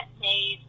made